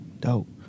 Dope